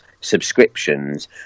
subscriptions